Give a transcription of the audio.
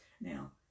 Now